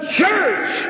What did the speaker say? church